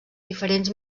diferents